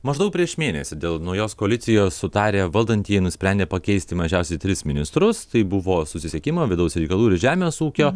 maždaug prieš mėnesį dėl naujos koalicijos sutarę valdantieji nusprendė pakeisti mažiausiai tris ministrus tai buvo susisiekimo vidaus reikalų ir žemės ūkio